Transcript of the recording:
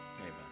Amen